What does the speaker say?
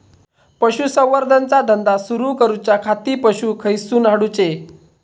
पशुसंवर्धन चा धंदा सुरू करूच्या खाती पशू खईसून हाडूचे?